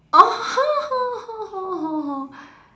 oh